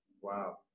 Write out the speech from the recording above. Wow